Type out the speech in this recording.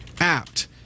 apt